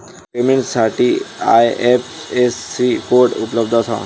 पेमेंटसाठी IFSC code उपलब्ध असावा